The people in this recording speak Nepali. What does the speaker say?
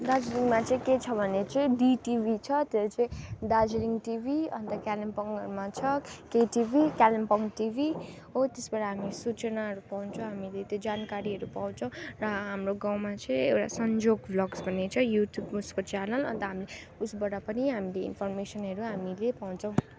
दार्जिलिङमा चाहिँ के छ भने चाहिँ डिटिभी छ त्यो चाहिँ दार्जिलिङ टिभी अन्त कालिम्पोङहरूमा छ केटिभी कालिम्पोङ टिभी हो त्यसबाट हामी सूचनाहरू पाउँछौँ हामीले त्यो जानकारीहरू पाउँछौँ र हाम्रो गाउँमा चाहिँ एउटा संयोग ब्लग्स भन्ने छ युट्युबमा उसको च्यानल अन्त हामी उसबाट पनि हामीले इन्फर्मेसनहरू हामीले पाउँछौँ